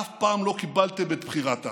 אף פעם לא קיבלתם את בחירת העם,